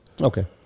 Okay